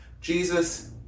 Jesus